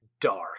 dark